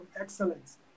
excellence